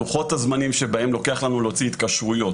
לוחות הזמנים שבהם לוקח לנו להוציא התקשרויות,